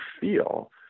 feel